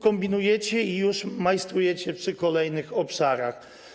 kombinujecie i majstrujecie przy kolejnych obszarach.